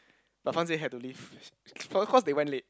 but fang jie had to leave cause cause they went late